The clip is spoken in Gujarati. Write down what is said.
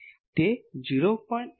તે 0